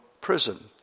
prison